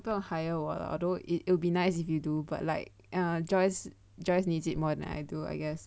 不用 hire 我的 although it'll be nice if you do but like err Joyce needs it more than I do I guess